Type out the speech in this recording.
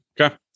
Okay